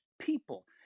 people